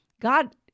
God